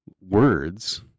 words